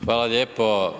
Hvala lijepo.